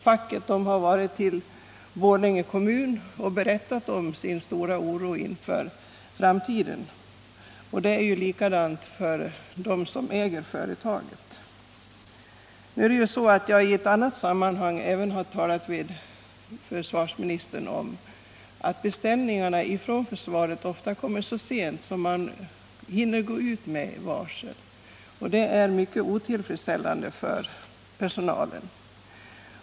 Facket har uppvaktat Borlänge kommun och berättat om sin stora oro inför framtiden, och det gäller även för dem som äger företaget. Jag har i ett annat sammanhang talat med försvarsministern om att beställningarna från försvaret ofta kommer så sent att man hinner gå ut med varsel, och det är mycket otillfredsställande för personalen.